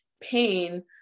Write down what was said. pain